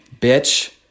Bitch